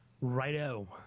Righto